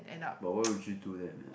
but why would she do that